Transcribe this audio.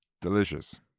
delicious